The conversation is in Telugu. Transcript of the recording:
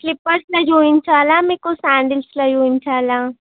స్లిప్పర్స్లో చూపించాలా మీకు సాండిల్స్లో చూపించాలా